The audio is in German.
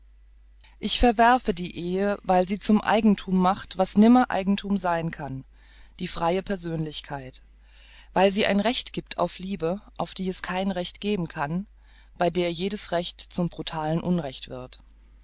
ich verwerfe die ehe weil sie zum eigenthume macht was nimmer eigenthum sein kann die freie persönlichkeit weil sie ein recht giebt auf liebe auf die es kein recht geben kann bei der jedes recht zum brutalen unrecht wird